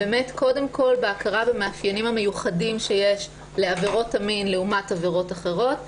קודם כול הכרה במאפיינים המיוחדים שיש לעבירות המין לעומת עבירות אחרות,